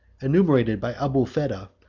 enumerated by abulfeda,